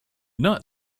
not